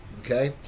okay